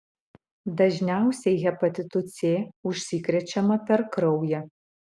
dažniausiai hepatitu c užsikrečiama per kraują